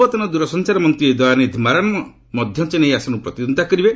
ପୂର୍ବତନ ଦୂରସଂଚାର ମନ୍ତ୍ରୀ ଦୟାନିଧି ମାରାନ୍ ମଧ୍ୟ ଚେନ୍ନାଇ ଆସନରୁ ପ୍ରତିଦ୍ୱନ୍ଦ୍ୱୀତା କରିବେ